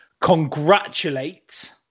congratulate